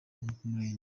murenge